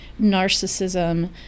narcissism